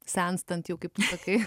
senstant jau kaip sakai